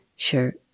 sure